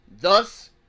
Thus